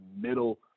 middle